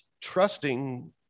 trusting